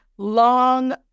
long